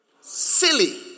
silly